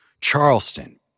Charleston